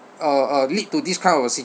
uh uh lead to this kind of a